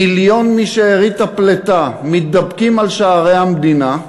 מיליון משארית הפליטה מתדפקים על שערי המדינה,